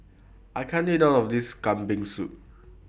I can't eat All of This Kambing Soup